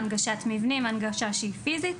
הנגשת מבנים הנגשה שהיא פיזית,